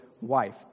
wife